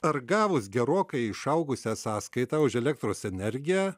ar gavus gerokai išaugusią sąskaitą už elektros energiją